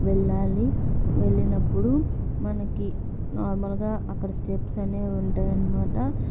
వెళ్ళాలి వెళ్ళినప్పుడు మనకి నార్మల్గా అక్కడ స్టెప్స్ అనేవి ఉంటాయనమాట